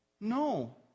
No